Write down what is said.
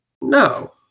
No